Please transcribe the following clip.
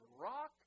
rock